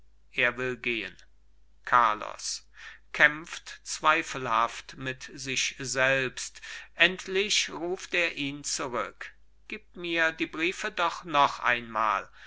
er will gehen carlos kämpft zweifelhaft mit sich selbst endlich ruft er ihn zurück gib mir die briefe doch noch einmal